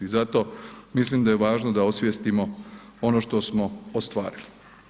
I zato mislim da je važno da osvijestimo ono što smo ostvarili.